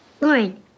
Lauren